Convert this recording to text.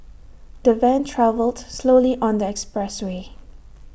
the van travelled slowly on the expressway